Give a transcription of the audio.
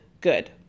good